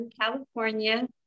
California